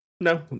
No